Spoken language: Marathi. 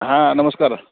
हां नमस्कार